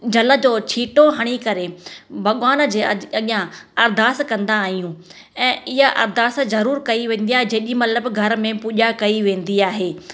जल जो छीटो हणी करे भॻिवान जे अॻियां अर्दास कंदा आहियूं ऐं इहा अरदास ज़रूरु कई वेंदी आहे जेॾीमहिल बि घर में पूॼा कई वेंदी आहे